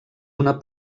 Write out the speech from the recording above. una